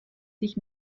sich